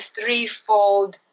threefold